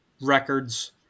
records